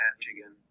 Michigan